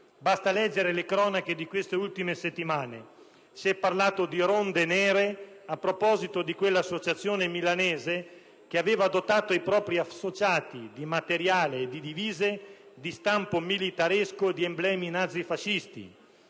Basta leggere le cronache di queste ultime settimane: si è parlato di "ronde nere" a proposito di quell'associazione milanese che aveva dotato i propri associati di materiale e di divise di stampo militaresco e di emblemi nazifascisti;